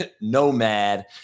nomad